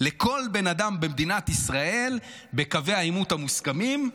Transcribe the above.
לכל בן אדם במדינת ישראל בקווי העימות המוסכמים,